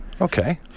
okay